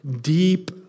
deep